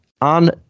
on